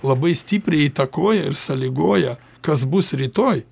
labai stipriai įtakoja ir sąlygoja kas bus rytoj